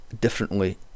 differently